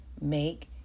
make